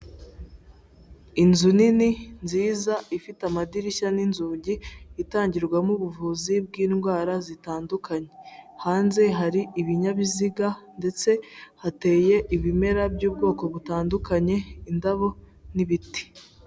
Inzu nini, nziza ifite amadirishya n'inzugi, itangirwamo ubuvuzi bw'indwara zitandukanye, hanze hari ibinyabiziga, ndetse hateye ibimera by'ubwoko butandukanye, indabo, n'ibiti.